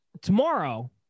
tomorrow